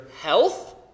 health